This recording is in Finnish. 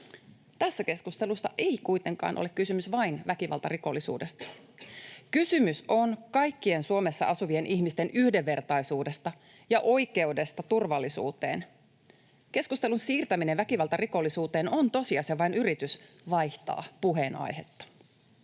Tässä keskustelussa ei kuitenkaan ole kysymys vain väkivaltarikollisuudesta. Kysymys on kaikkien Suomessa asuvien ihmisten yhdenvertaisuudesta ja oikeudesta turvallisuuteen. Keskustelun siirtäminen väkivaltarikollisuuteen on tosiasiassa vain yritys vaihtaa puheenaihetta.